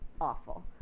awful